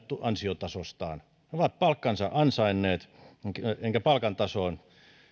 ansiotasostaan he ovat palkkansa ansainneet enkä palkan tasoon